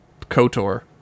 Kotor